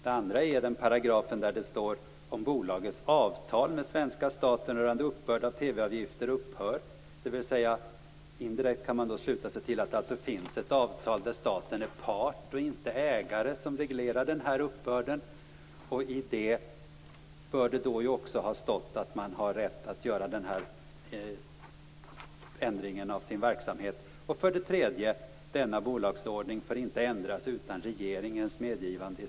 Den andra är paragrafen där det står "om bolagets avtal med svenska staten upphör". Indirekt kan man sluta sig till att det alltså finns ett avtal som reglerar uppbörden där staten är part och inte ägare. I det bör det också ha stått att man har rätt att göra den här ändringen i sin verksamhet. Den tredje är den sista paragrafen där det står att denna bolagsordning inte får ändras utan regeringens medgivande.